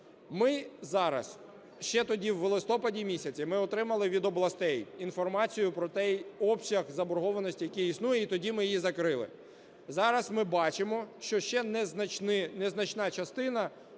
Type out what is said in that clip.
Ми зараз, ще тоді, в листопаді місяці, ми отримали від областей інформацію про той обсяг заборгованості, який існує, і тоді ми її закрили. Зараз ми бачимо, що ще незначна частина,